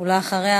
ואחריה,